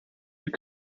you